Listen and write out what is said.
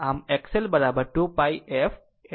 આમ X L 2πf L છે